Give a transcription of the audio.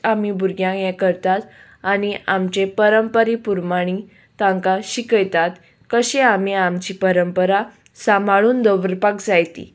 आमी भुरग्यांक हें करतात आनी आमचे परंपरे प्रमाणें तांकां शिकयतात कशें आमी आमची परंपरा सांबाळून दवरपाक जाय ती